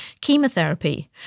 chemotherapy